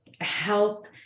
help